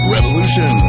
Revolution